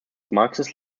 marxist